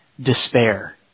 despair